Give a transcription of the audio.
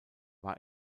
war